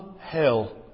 hell